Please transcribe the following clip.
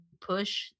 push